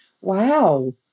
wow